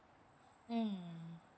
mm